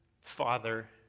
father